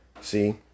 See